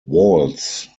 walls